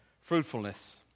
fruitfulness